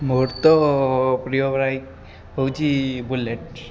ମୋର ତ ପ୍ରିୟ ବାଇକ୍ ହେଉଛି ବୁଲେଟ୍